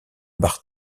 bar